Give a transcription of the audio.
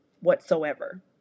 whatsoever